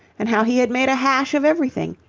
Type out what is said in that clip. and how he had made a hash of everything.